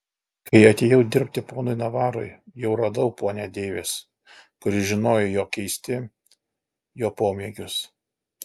kai atėjau dirbti ponui navarui jau radau ponią deivis kuri žinojo jo keisti jo pomėgius